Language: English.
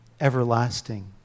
everlasting